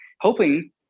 hoping